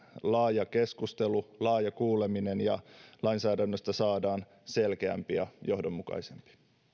laaja keskustelu laaja kuuleminen ja lainsäädännöstä saadaan selkeämpi ja johdonmukaisempi